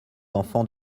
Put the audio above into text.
enfants